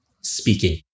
speaking